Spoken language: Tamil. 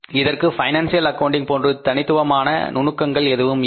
இதற்கு பைனான்சியல் அக்கவுண்டிங் போன்று தனித்துவமான நுணுக்கங்கள் எதுவும் இல்லை